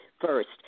first